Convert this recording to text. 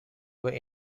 were